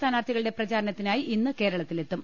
സ്ഥാനാർഥികളുടെ പ്രചാരണത്തിനായി ഇന്ന് കേരളത്തിലെത്തും